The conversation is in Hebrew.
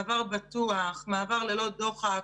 מעבר בטוח, מעבר ללא דוחק.